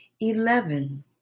Eleven